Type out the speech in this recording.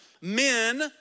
men